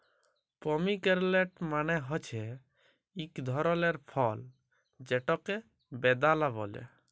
pomegranate মালে হছে ইক ধরলের ফল যেটকে বেদালা ব্যলে